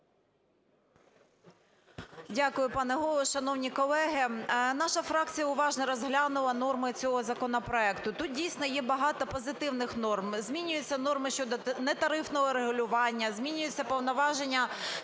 Дякую, пане Голово. Шановні колеги, наша фракція уважно розглянула норми цього законопроекту. Тут дійсно є багато позитивних норм: змінюються норми щодо нетарифного регулювання, змінюються повноваження